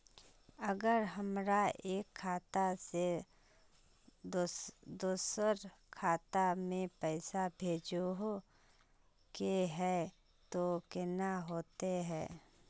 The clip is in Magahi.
अगर हमरा एक खाता से दोसर खाता में पैसा भेजोहो के है तो केना होते है?